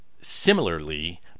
Similarly